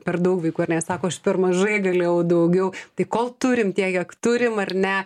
per daug vaikų ar ne sako aš per mažai galėjau daugiau tai kol turim tiek kiek turim ar ne